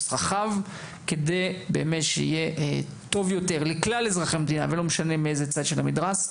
רחב שיהיה טוב לכלל אזרחי המדינה משני צדי המתרס.